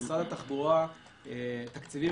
במשרד התחבורה הוקצו תקציבים,